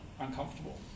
uncomfortable